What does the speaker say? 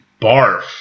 Barf